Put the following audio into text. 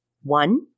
One